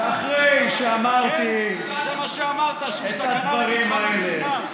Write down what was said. זה מה שאמרת, שהוא סכנה לביטחון המדינה.